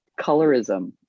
colorism